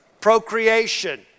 procreation